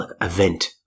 event